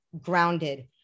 grounded